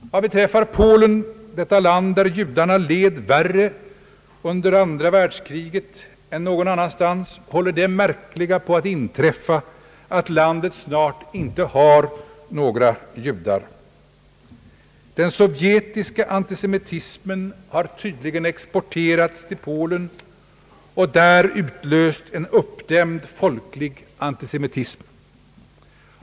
Vad beträffar Polen, detta land där judarna led värre av andra världskriget än någon annanstans, håller det märkliga på att inträffa att landet snart inte har några judar. Den sovjetiska antisemitismen har tydligen exporterats till Polen och där utlöst en uppdämd folklig antisemitism.